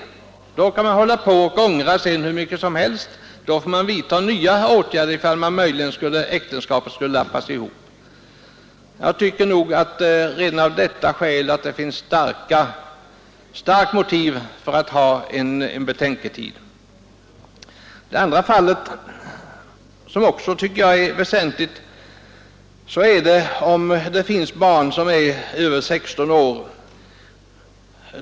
Sedan kan man hålla på och ångra hur mycket som helst; då får man vidta nya åtgärder ifall möjligen äktenskapet skulle lappas ihop. Jag tycker nog att redan detta är ett starkt motiv för en betänketid. Det andra fallet, som jag också finner väsentligt, är om det finns barn över 16 år.